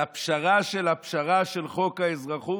על הפשרה של הפשרה של חוק האזרחות,